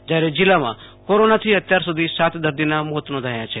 જયારે જિલ્લામાં કોરોનાથી અત્યાર સુધી સાત દર્દાના મોત નોંધાયા છે